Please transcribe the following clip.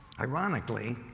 Ironically